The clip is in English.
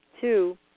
Two